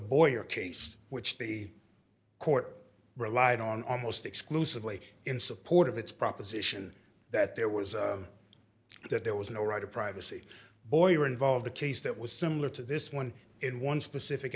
boyer case which the court relied on almost exclusively in support of its proposition that there was that there was no right to privacy boyer involved a case that was similar to this one in one specific